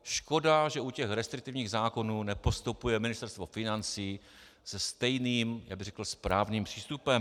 Škoda, že u těch restriktivních zákonů nepostupuje Ministerstvo financí se stejným, řekl bych správným, přístupem.